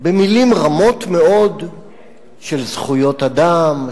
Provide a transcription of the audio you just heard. במלים רמות מאוד של זכויות אדם,